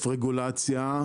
רגולציה,